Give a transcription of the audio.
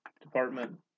department